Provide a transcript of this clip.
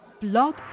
Blog